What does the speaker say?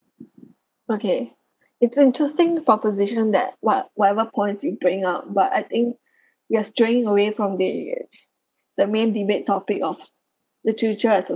okay it's interesting proposition that what whatever points you bring up but I think we're straying away from the the main debate topic of literature as a